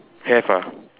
have ah